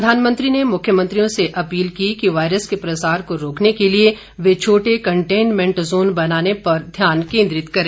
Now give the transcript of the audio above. प्रधानमंत्री ने मुख्यमंत्रियों से अपील की कि वायरस के प्रसार को रोकने के लिए वे छोटे कंटेनमेंट जोन बनाने पर ध्यान केन्द्रित करें